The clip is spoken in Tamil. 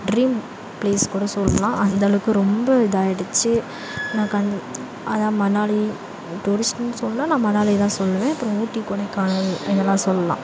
ட்ரீம் பிளேஸ் கூட சொல்லலாம் அந்தளவுக்கு ரொம்ப இதாகிடுச்சி நான் கண் அதுதான் மணாலி டூரிஸ்ட்டுனு சொன்னால் நான் மணாலியை தான் சொல்லுவேன் அப்புறம் ஊட்டி கொடைக்கானல் இங்கேலாம் சொல்லலாம்